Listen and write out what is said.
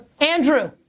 Andrew